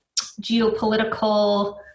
geopolitical